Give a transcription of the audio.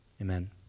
Amen